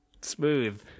Smooth